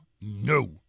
No